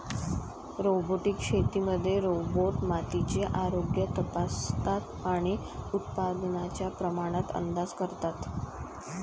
robotic शेतीमध्ये robot मातीचे आरोग्य तपासतात आणि उत्पादनाच्या प्रमाणात अंदाज करतात